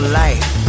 life